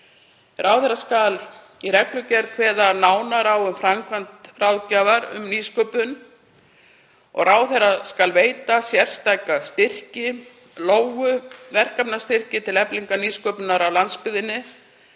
Ráðherra skal í reglugerð kveða nánar á um framkvæmd ráðgjafar um nýsköpun. Ráðherra skal veita sértæka styrki, Lóu – verkefnastyrki, til eflingar nýsköpun á landsbyggðinni.